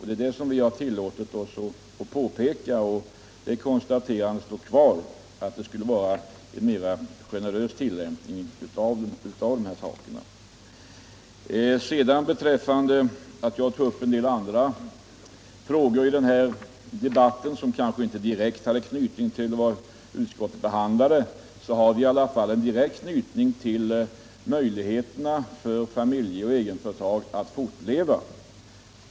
Det är detta som vi har tillåtit oss att påpeka, och vårt konstaterande att det behövs en mera generös tillämpning av reglerna för dispensgivning står kvar. Vad sedan gäller det förhållandet att jag här tog upp en del andra frågor som kanske inte direkt hade anknytning till vad utskottet behandlade, så har dessa frågor i alla fall en direkt anknytning till möjligheterna för familjeoch egenföretag att fortleva.